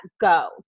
go